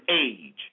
age